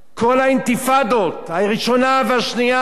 כל האינתיפאדות, הראשונה והשנייה,